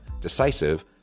decisive